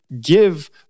give